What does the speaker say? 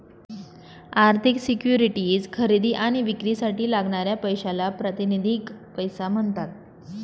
आर्थिक सिक्युरिटीज खरेदी आणि विक्रीसाठी लागणाऱ्या पैशाला प्रातिनिधिक पैसा म्हणतात